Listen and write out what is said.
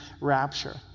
rapture